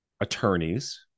attorneys